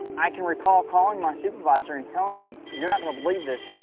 i can recall calling my supervisor and telling him, you're not going to believe this,